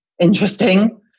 Interesting